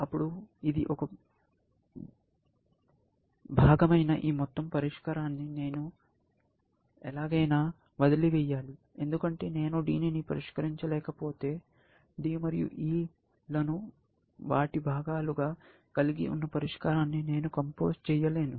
అప్పుడు ఇది ఒక భాగమైన ఈ మొత్తం పరిష్కారాన్ని నేను ఎలాగైనా వదిలివేయాలి ఎందుకంటే నేను D ని పరిష్కరించలేకపోతే D మరియు E లను వాటి భాగాలు గా కలిగి ఉన్న పరిష్కారాన్ని నేను కంపోజ్ చేయలేను